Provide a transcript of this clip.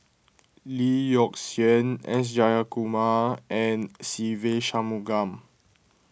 Lee Yock Suan S Jayakumar and Se Ve Shanmugam